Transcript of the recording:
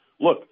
look